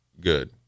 good